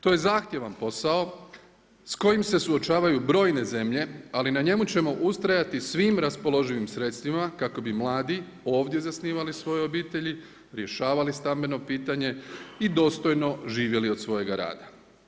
To je zahtjevan posao s kojim se suočavaju brojne zemlje ali na njemu ćemo ustrajati svim raspoloživim sredstvima kako bi mladi ovdje zasnivali svoje obitelji, rješavali stambeno pitanje i dostojno živjeli od svojega rada.